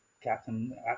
Captain